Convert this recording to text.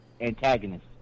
antagonist